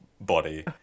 body